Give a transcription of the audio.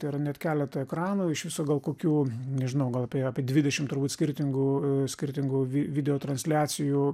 tai yra net keletą ekranų iš viso gal kokių nežinau gal apie dvidešimt turbūt skirtingų skirtingų video transliacijų